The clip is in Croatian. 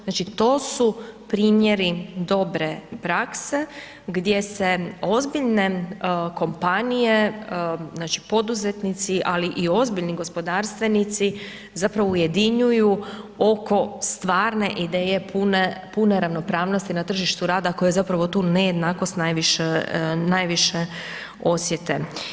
Znači to su primjeri dobre prakse gdje se ozbiljne kompanije, znači poduzetnici ali i ozbiljni gospodarstvenici zapravo ujedinjuju oko stvarne ideje pune ravnopravnosti na tržištu rada koje zapravo tu nejednakost najviše osjete.